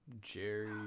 Jerry